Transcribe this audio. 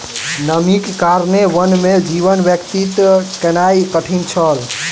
नमीक कारणेँ वन में जीवन व्यतीत केनाई कठिन छल